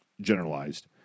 generalized